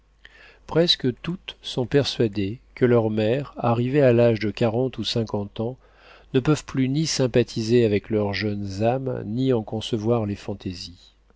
presque toutes sont persuadées que leurs mères arrivées à l'âge de quarante ou cinquante ans ne peuvent plus ni sympathiser avec leurs jeunes âmes ni en concevoir les fantaisies